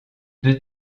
deux